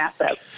massive